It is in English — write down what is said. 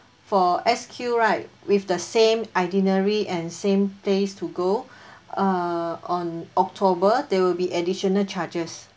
for SQ right with the same itinerary and same place to go uh on october there will be additional charges